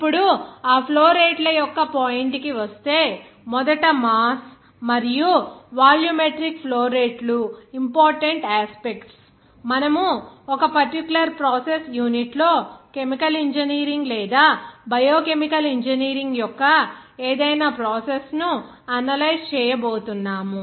ఇప్పుడు ఆ ఫ్లో రేట్ల యొక్క పాయింట్ కి వస్తే మొదట మాస్ మరియు వాల్యూమెట్రిక్ ఫ్లో రేట్లు ఇంపార్టెంట్ యాస్పెక్ట్స్ మనము ఒక పర్టిక్యూలర్ ప్రాసెస్ యూనిట్ లో కెమికల్ ఇంజనీరింగ్ లేదా బయో కెమికల్ ఇంజనీరింగ్ యొక్క ఏదైనా ప్రాసెస్ ను అనలైజ్ చేయబోతున్నాము